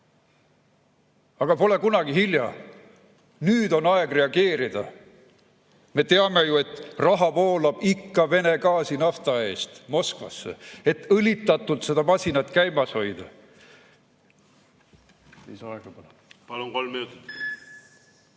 Aga kunagi pole hilja. Nüüd on aeg reageerida. Me teame ju, et raha voolab ikka Vene gaasi, nafta eest Moskvasse, et õlitatult masinat käimas hoida. Lisaaega palun.